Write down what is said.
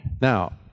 Now